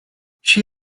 she